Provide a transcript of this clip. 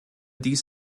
dies